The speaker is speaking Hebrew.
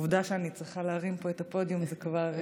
העובדה שאני צריכה להרים פה את הפודיום זה כבר,